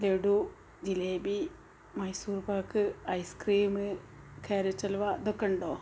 laddu jalebi Mysore pak ice cream carrot halwa ഇതൊക്കെ ഉണ്ടോ